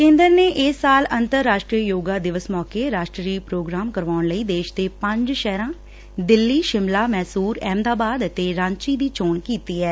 ਕੇਂਦਰ ਨੇ ਇਸ ਸਾਲ ਅਮਤਰਰਾਸ਼ਟਰੀ ਯੋਗ ਦਿਵਸ ਮੌਕੇ ਰਾਸ਼ਟਰੀ ਪ੍ਰੋਗਰਾਮ ਕਰਾਉਣ ਲਈ ਦੇਸ਼ ਦੇ ਪੰਜ ਸ਼ਹਿਹਾਂ ਦਿੱਲੀ ਸ਼ਿਮਲਾ ਮੈਸੁਰ ਅਹਿਮਦਾਬਾਦ ਅਤੇ ਰਾਂਚੀ ਦੀ ਚੋਣ ਕੀਤੀ ਐ